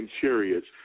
chariots